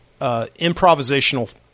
improvisational